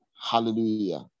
Hallelujah